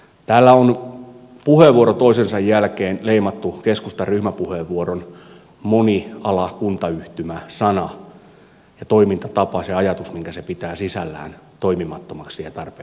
täällä on puheenvuoro toisensa jälkeen leimattu keskustan ryhmäpuheenvuoron monitoimikuntayhtymä sana ja toimintatapa se ajatus minkä se pitää sisällään toimimattomaksi ja tarpeettomaksi